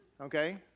okay